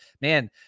man